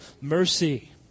mercy